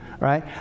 right